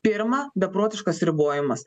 pirma beprotiškas ribojimas